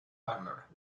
palmer